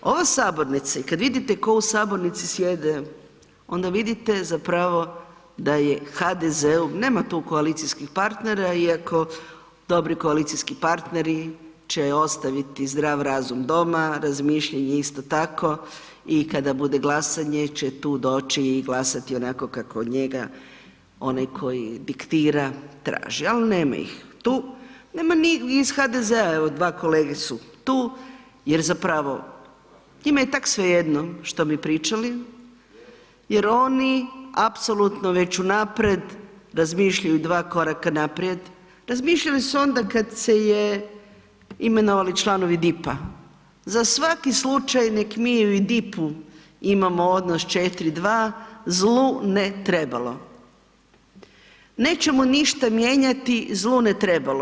Ova sabornica kad vidite ko u sabornici sjedi, onda vidite zapravo da je HDZ-u, nema tu koalicijskih partnera iako dobri koalicijski partneri će ostaviti zdrav razum doma, razmišljanje isto tako i kada bude glasanje će tu doći i glasati onako kako od njega onaj koji diktira traži ali nema ih tu, nema ni iz HDZ-a, evo dva kolege su tu jer zapravo njima je tak svejedno što mi pričali jer oni apsolutno već unapred razmišljaju dva koraka naprijed, razmišljali su onda kad se je imenovali članovi DIP-a, za svaki slučaj nek mi i u DIP-u imamo odnos 4:2, zlu ne trebalo, nećemo ništa mijenjati, zlu ne trebalo.